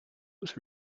was